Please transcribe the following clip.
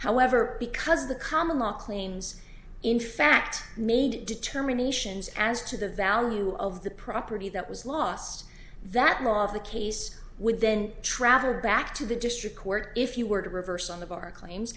however because the common law claims in fact made determinations as to the value of the property that was lost that most of the case would then travel back to the district court if you were to reverse on the bar claims